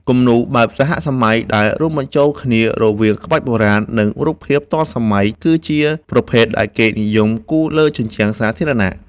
គំនូរ បែបសហសម័យ ដែលរួមបញ្ចូលគ្នារវាងក្បាច់បុរាណ និងរូបភាពទាន់សម័យ គឺជាប្រភេទដែលគេនិយមគូរលើជញ្ជាំងសាធារណៈ។